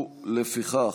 לפיכך,